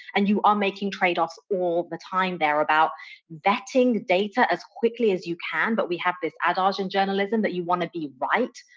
and you are making tradeoffs all the time. they're about vetting the data as quickly as you can. but we have this adage in journalism that you want to be right,